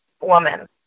woman